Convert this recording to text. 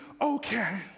okay